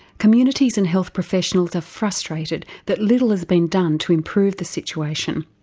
communities and health professionals are frustrated that little has been done to improve the situation.